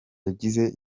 yagize